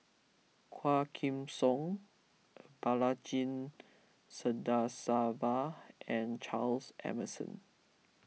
Quah Kim Song Balaji Sadasivan and Charles Emmerson